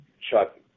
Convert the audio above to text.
Chuck